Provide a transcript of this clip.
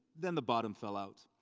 then the bottom fell out.